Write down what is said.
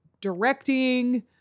directing